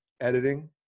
editing